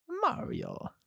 Mario